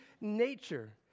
nature